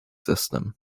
system